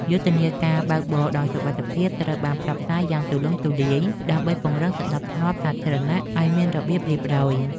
យុទ្ធនាការបើកបរដោយសុវត្ថិភាពត្រូវបានផ្សព្វផ្សាយយ៉ាងទូលំទូលាយដើម្បីពង្រឹងសណ្ដាប់ធ្នាប់សាធារណៈឱ្យមានរបៀបរៀបរយ។